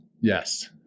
Yes